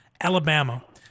Alabama